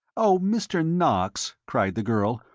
oh, mr. knox, cried the girl,